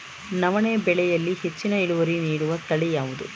ನವಣೆ ಬೆಳೆಯಲ್ಲಿ ಹೆಚ್ಚಿನ ಇಳುವರಿ ನೀಡುವ ತಳಿ ಯಾವುದು?